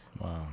Wow